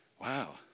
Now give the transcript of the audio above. Wow